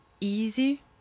easy